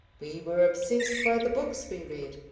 we were obsessed by the books we read,